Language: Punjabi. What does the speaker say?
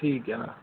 ਠੀਕ ਆ